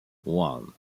one